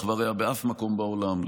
אח ורע באף מקום בעולם,